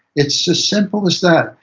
it's as simple as that.